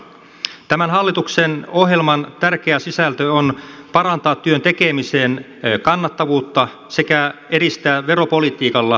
tämän hallituksen ohjelman tärkeä sisältö on parantaa työn tekemisen kannattavuutta sekä edistää veropolitiikalla työllistämistä